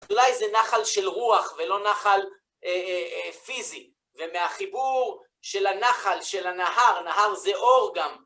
אולי זה נחל של רוח, ולא נחל פיזי, ומהחיבור של הנחל, של הנהר, נהר זה אור גם.